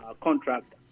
contract